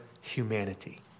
humanity